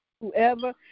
Whoever